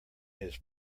his